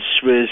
Swiss